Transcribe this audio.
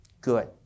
Good